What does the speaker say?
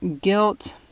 guilt